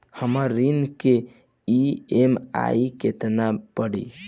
हमर ऋण के ई.एम.आई केतना पड़ी?